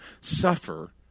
suffer